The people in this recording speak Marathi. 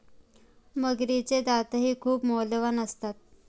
मगरीचे दातही खूप मौल्यवान असतात